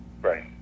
Right